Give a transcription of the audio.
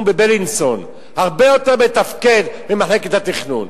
ב"בילינסון" הרבה יותר מתפקדת ממחלקת התכנון.